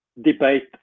debate